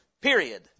period